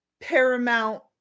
paramount